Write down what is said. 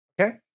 Okay